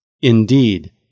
Indeed